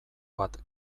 bat